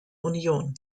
union